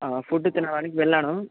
food తినడానికి వెళ్ళాను